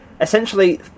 essentially